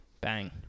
Bang